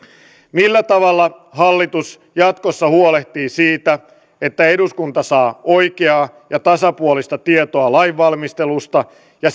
millä tavalla hallitus jatkossa huolehtii siitä että eduskunta saa oikeaa ja tasapuolista tietoa lainvalmistelusta ja